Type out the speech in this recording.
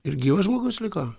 ir gyvas žmogus liko